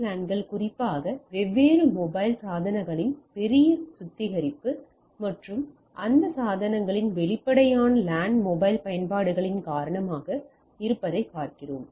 WLAN கள் குறிப்பாக வெவ்வேறு மொபைல் சாதனங்களின் பெரிய சுத்திகரிப்பு மற்றும் அந்த சாதனங்களில் வெளிப்படையான LAN மொபைல் பயன்பாடுகளின் காரணமாக இருப்பதைப் பார்க்கிறோம்